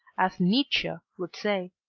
as nietzsche would say.